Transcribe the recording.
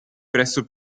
presso